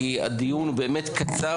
כי הדיון הוא באמת קצר,